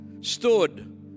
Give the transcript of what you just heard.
stood